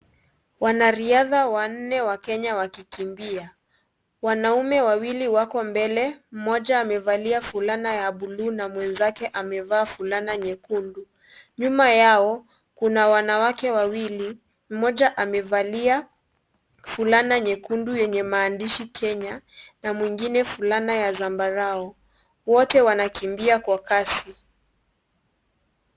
Wanariadha wanne wakenya wakikimbia wanaume wawili wako mbele mmoja amevalia fulana ya bluu na mwenzake amevaa ya nyekundu, nyuma yao kuna wanawake wawili mmoja amevalia fulana nyekundu yenye maandishi Kenya na mwingine fulana ya sambarau wote wanakimbia kwa kasi.